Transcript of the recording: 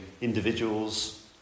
individuals